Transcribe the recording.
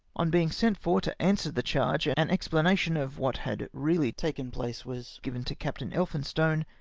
on being sent for to answer the charge, an explan ation of what had really taken place was given to captain elphinstone,